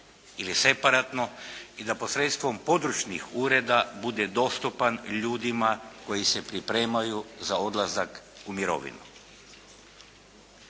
ili separatno i da posredstvom područnih ureda bude dostupan ljudima koji se pripremaju za odlazak u mirovinu.